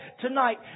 tonight